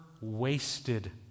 wasted